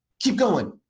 keep going,